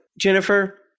Jennifer